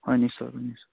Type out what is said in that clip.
হয় নিশ্চয় নিশ্চয়